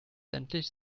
endlich